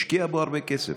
השקיע בו הרבה כסף,